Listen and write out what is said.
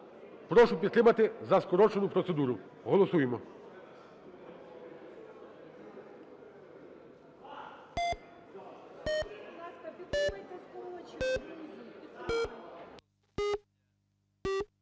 Прошу підтримати за скорочену процедуру. Голосуємо.